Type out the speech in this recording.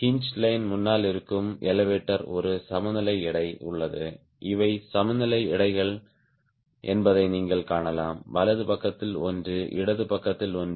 hinge line முன்னால் இருக்கும் elevator ஒரு சமநிலை எடை உள்ளது இவை சமநிலை எடைகள் என்பதை நீங்கள் காணலாம் வலது பக்கத்தில் ஒன்று இடது பக்கத்தில் ஒன்று